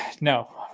no